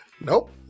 nope